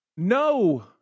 No